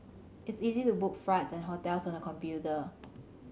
it's easy to book flights and hotels on the computer